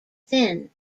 thin